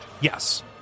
Yes